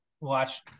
watch